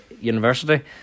university